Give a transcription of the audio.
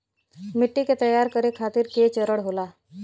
मिट्टी के तैयार करें खातिर के चरण होला?